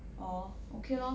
orh okay lor